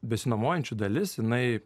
besinuomojančių dalis jinai